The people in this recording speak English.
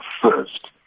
first